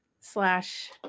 slash